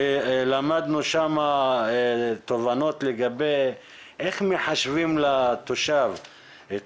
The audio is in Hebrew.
למדנו שם תובנות לגבי איך מחשבים לתושב את